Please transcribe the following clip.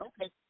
Okay